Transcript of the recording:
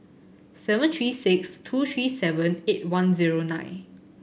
seven three six two three seven eight one zero nine